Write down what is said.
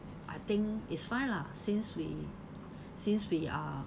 I think it's fine lah since we since we are